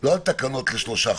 לא על תקנות לשלושה חודשים,